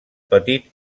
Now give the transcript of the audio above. petit